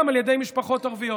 גם על ידי משפחות ערביות.